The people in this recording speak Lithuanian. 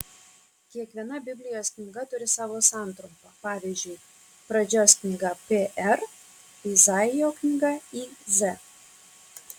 kiekviena biblijos knyga turi savo santrumpą pavyzdžiui pradžios knyga pr izaijo knyga iz